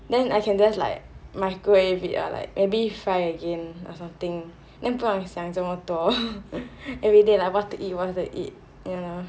then I can just like microwave it ah like maybe fry again or something then 不用想这么多 everyday like what to eat what to eat ya